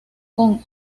con